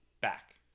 Back